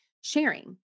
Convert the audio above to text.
sharing